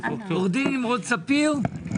עורך דין נמרוד ספיר.